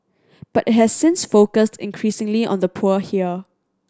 but it has since focused increasingly on the poor here